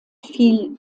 fiel